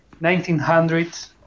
1900s